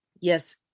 yes